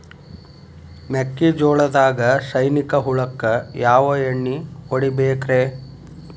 ಮೆಕ್ಕಿಜೋಳದಾಗ ಸೈನಿಕ ಹುಳಕ್ಕ ಯಾವ ಎಣ್ಣಿ ಹೊಡಿಬೇಕ್ರೇ?